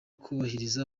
kubahiriza